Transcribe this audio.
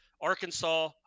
Arkansas